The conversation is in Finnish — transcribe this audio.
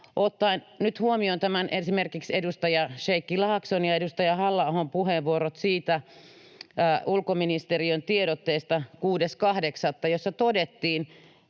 ottaen nyt huomioon esimerkiksi edustaja Sheikki Laakson ja edustaja Halla-ahon puheenvuorot siitä ulkoministeriön tiedotteesta 6.8., jossa todettiin